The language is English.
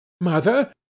Mother